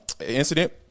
incident